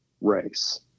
race